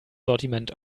sortiment